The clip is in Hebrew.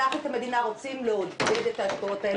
אנחנו כמדינה רוצים לעודד את ההשקעות האלה.